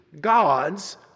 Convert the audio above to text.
God's